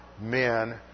men